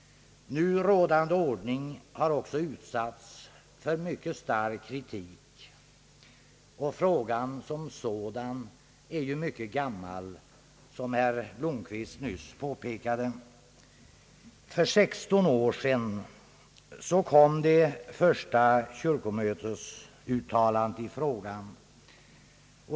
Nu rådande ordning har också utsatts för mycket stark kritik, och frågan som sådan är ju mycket gammal — som herr Blomquist nyss påpekade. För 16 år sedan kom det första kyrko mötesuttalandet i frågan.